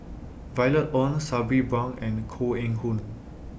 Violet Oon Sabri Buang and Koh Eng Hoon